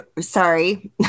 Sorry